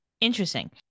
Interesting